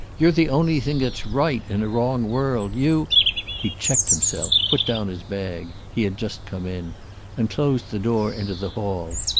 you're the only thing that's right in a wrong world. you he checked himself, put down his bag he had just come in and closed the door into the hall.